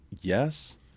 yes